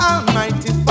Almighty